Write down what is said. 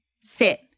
Sit